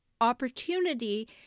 opportunity